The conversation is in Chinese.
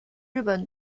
日本